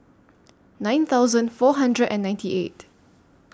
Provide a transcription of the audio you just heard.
nine thousand four hundred and ninety eight